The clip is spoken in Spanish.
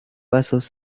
vasos